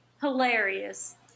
Hilarious